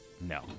No